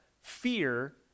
fear